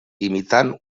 imitant